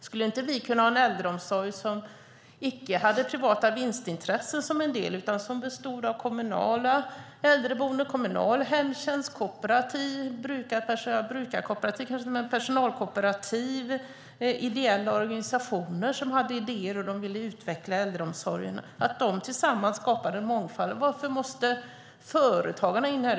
Skulle inte vi kunna ha en äldreomsorg som icke hade privata vinstintressen som en del i det hela utan som bestod av kommunala äldreboenden, kommunal hemtjänst, personalkooperativ och ideella organisationer med idéer om hur de vill utveckla äldreomsorgen? De kan tillsammans skapa en mångfald. Varför måste företagarna in här?